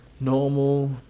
normal